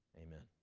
amen